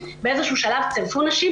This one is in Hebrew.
באיזשהו שלב צירפו נשים,